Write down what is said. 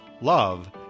love